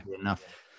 Enough